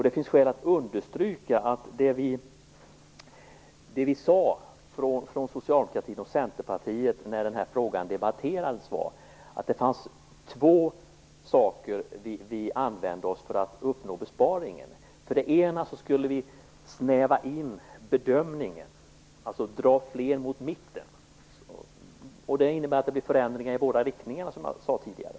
Det finns skäl att understryka att det vi sade från socialdemokratin och Centerpartiet när frågan debatterades var att vi använde oss av två saker för att uppnå besparingen. För det första skulle vi snäva in bedömningen och dra fler mot mitten. Det innebär att det blir förändringar i båda riktingarna, som jag sade tidigare.